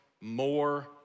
More